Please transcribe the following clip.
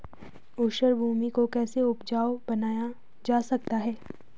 ऊसर भूमि को कैसे उपजाऊ बनाया जा सकता है?